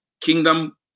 kingdom